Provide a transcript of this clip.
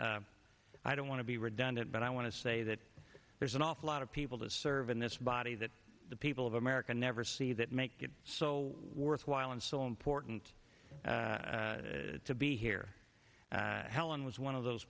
i don't want to be redundant but i want to say that there's an awful lot of people to serve in this body that the people of america never see that make it so worthwhile and so important to be here helen was one of those